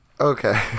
Okay